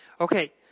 Okay